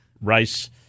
rice